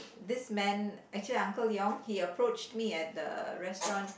this man actually uncle Yong he approached me at the restaurant